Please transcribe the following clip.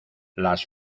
las